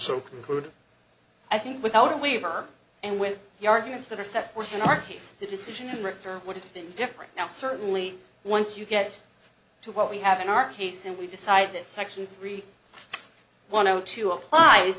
so concluded i think without a waiver and with the arguments that are set forth in our case the decision in return what if in different now certainly once you get to what we have in our case and we decide that section three one zero two applies